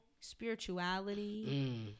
spirituality